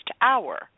hour